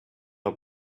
are